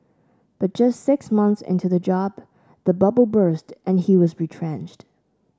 but just six months into the job the bubble burst and he was retrenched